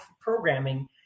programming